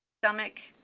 stomach,